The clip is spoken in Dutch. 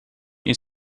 niet